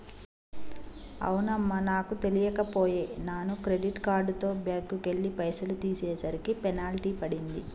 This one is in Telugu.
అవునమ్మా నాకు తెలియక పోయే నాను క్రెడిట్ కార్డుతో బ్యాంకుకెళ్లి పైసలు తీసేసరికి పెనాల్టీ పడింది